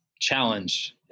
challenge